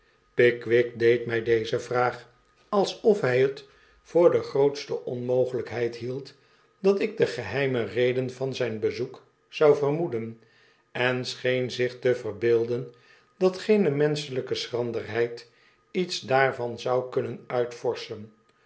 pickwick deed mij deze vraag alsof hij het voor de grootste onmogelijkheid hield dat ik de geheime reden van zijn bezoek zou vermoeden en scheen zich te verbeelden dat geene menschelijke schranderheid iets daarvan zou kunnen